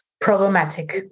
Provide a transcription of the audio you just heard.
problematic